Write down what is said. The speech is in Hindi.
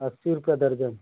अस्सी रुपये दर्जन